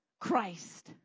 Christ